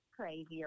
crazy